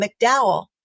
McDowell